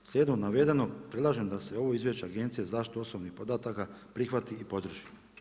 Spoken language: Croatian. Slijedom navedenog predlažem da se ovo Izvješće Agencije za zaštitu osobnih podataka prihvati i podrži.